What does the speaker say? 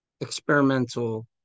experimental